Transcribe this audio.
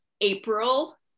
April